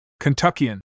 Kentuckian